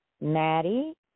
Maddie